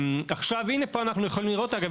עכשיו הנה פה אנחנו יכולים לראות אגב